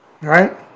right